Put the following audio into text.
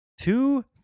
two